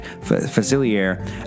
Facilier